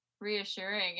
reassuring